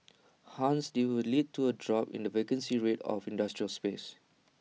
hence they would lead to A drop in the vacancy rate of industrial space